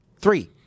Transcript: Three